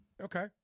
Okay